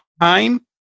time